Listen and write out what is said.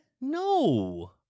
No